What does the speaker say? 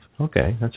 Okay